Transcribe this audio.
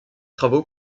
travaux